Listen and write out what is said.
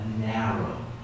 Narrow